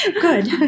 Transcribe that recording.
Good